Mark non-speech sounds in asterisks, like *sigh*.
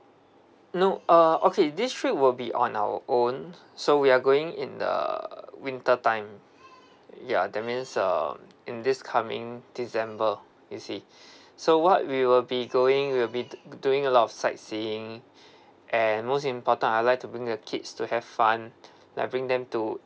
no uh okay this trip will be on our own so we are going in the winter time ya that means um in this coming december you see *breath* so what we will be going we will be d~ d~ doing a lot of sightseeing *breath* and most important I'd like to bring the kids to have fun like bring them to